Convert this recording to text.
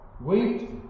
Wait